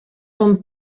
són